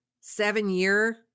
seven-year